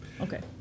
Okay